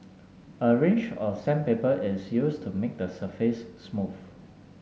a range of sandpaper is used to make the surface smooth